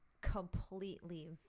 completely